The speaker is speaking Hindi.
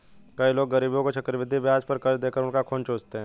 कई लोग गरीबों को चक्रवृद्धि ब्याज पर कर्ज देकर उनका खून चूसते हैं